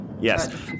Yes